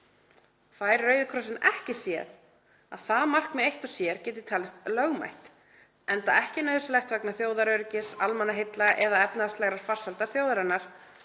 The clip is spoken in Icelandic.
Fær Rauði krossinn ekki séð að það markmið eitt og sér geti talist lögmætt enda ekki nauðsynlegt vegna þjóðaröryggis, almannaheilla eða efnahagslegrar farsældar þjóðarinnar,